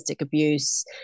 abuse